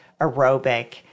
aerobic